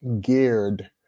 geared